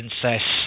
Princess